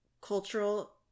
cultural